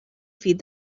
feed